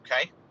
Okay